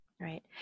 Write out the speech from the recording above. right